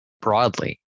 broadly